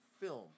film